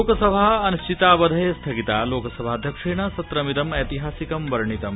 लोकसभा अनिश्चितावधये स्थगिता लोकसभाध्यक्षेण सत्रमिदम् एतिहासिकं वर्णितम्